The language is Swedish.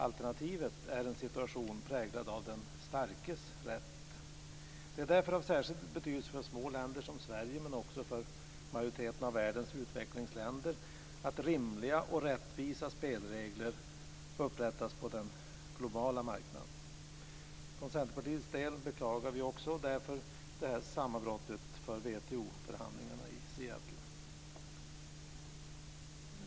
Alternativet är en situation präglad av den starkes rätt. Det är därför av särskild betydelse för små länder, som Sverige, men också för majoriteten av världens utvecklingsländer att rimliga och rättvisa spelregler upprättas på den globala marknaden. För Centerpartiets del beklagar vi därför det här sammanbrottet för WTO-förhandlingarna i Seattle.